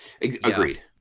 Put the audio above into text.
agreed